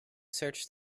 search